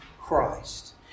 Christ